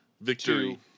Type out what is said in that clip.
Victory